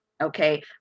Okay